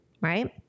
right